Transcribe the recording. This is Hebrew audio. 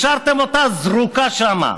השארתם אותה זרוקה שם.